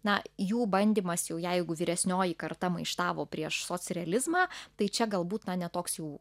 na jų bandymas jau jeigu vyresnioji karta maištavo prieš socrealizmą tai čia galbūt na ne toks jau